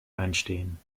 einstehen